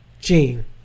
Gene